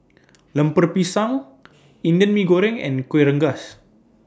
Lemper Pisang Indian Mee Goreng and Kueh Rengas